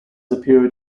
appeared